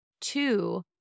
Two